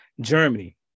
Germany